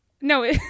no